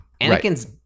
Anakin's